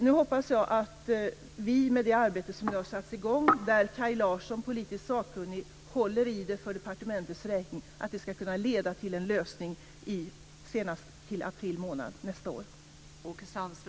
Nu hoppas jag att det arbete som nu har satts i gång - där Kaj Larsson är politiskt sakkunnig och håller i det för departementets räkning - ska kunna leda till en lösning senast till april månad nästa år.